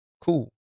Cool